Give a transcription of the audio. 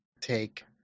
take